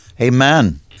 Amen